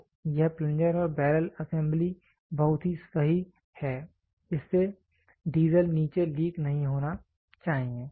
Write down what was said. तो यह प्लंजर और बैरल असेंबली बहुत ही सही है जिससे डीजल नीचे लीक नहीं होना चाहिए